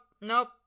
nope